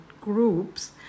groups